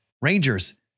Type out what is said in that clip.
Rangers